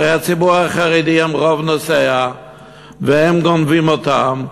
הרי הציבור החרדי הם רוב נוסעיה והם גונבים אותה,